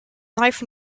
knife